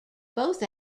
both